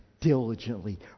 diligently